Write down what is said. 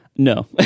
No